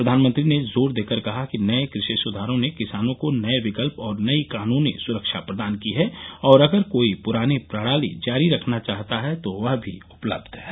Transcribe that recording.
प्रधानमंत्री ने जोर देकर कहा कि नए कृषि सुधारों ने किसानों को नए विकल्प और नई कानूनी सुरक्षा प्रदान की है और अगर कोई पुरानी प्रणाली जारी रखना चाहता है तो वह भी उपलब्ध है